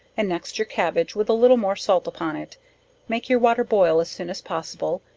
and next your cabbage with a little more salt upon it make your water boil as soon as possible,